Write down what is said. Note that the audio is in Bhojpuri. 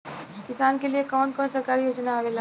किसान के लिए कवन कवन सरकारी योजना आवेला?